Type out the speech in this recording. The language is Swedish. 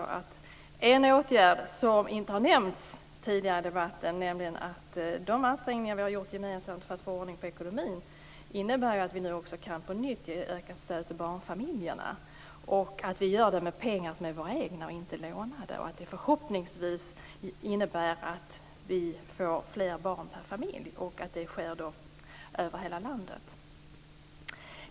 Här hoppas jag på en åtgärd som inte har nämnts tidigare i debatten. Våra gemensamma ansträngningar för att få ordning på ekonomin innebär nämligen att vi nu på nytt kan ge ökat stöd till barnfamiljerna, och det med pengar som är våra egna och inte lånade. Förhoppningsvis innebär detta att vi får fler barn per familj och att det sker över hela landet.